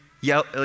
Yell